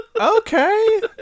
Okay